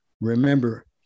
Remember